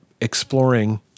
exploring